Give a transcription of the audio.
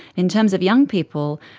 in terms of young people,